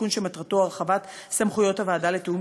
תיקון שמטרתו הרחבת סמכויות הוועדה לתיאום